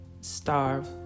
starve